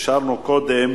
אישרנו קודם